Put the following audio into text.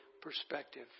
perspective